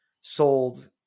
sold